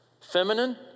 feminine